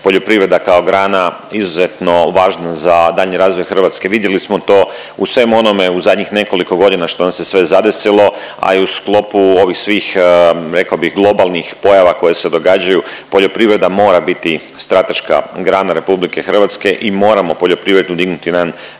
poljoprivreda kao grana izuzetno važna za daljnji razvoj Hrvatske. Vidjeli smo to u svemu onome u zadnjih nekoliko godina što nas je sve zadesilo, a i u sklopu ovih svih rekao bih globalnih pojava koje se događaju poljoprivreda mora biti strateška grana RH i moramo poljoprivredu dignuti na jedan